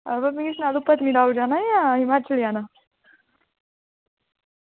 हां ते मिगी पत्नीटॉप जाना जां हिमाचल जाना